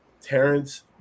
Terrence